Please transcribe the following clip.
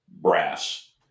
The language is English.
brass